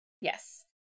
yes